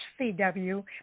CW